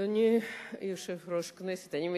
אדוני יושב-ראש הכנסת, אני מצטערת,